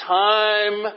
time